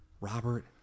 Robert